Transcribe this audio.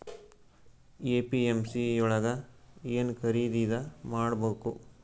APMC ಯೊಳಗ ಏನ್ ಖರೀದಿದ ಮಾಡ್ಬೇಕು?